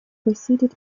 preceded